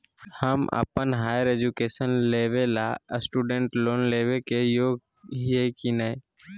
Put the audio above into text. हम अप्पन higher education लेबे ला स्टूडेंट लोन लेबे के योग्य हियै की नय?